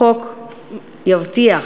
החוק יבטיח